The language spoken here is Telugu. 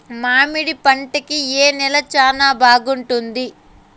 మామిడి పంట కి ఏ నేల చానా బాగుంటుంది